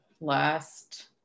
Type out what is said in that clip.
last